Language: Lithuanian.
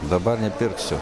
dabar nepirksiu